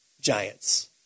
giants